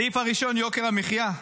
הסעיף הראשון, יוקר המחיה.